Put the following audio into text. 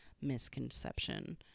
misconception